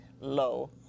low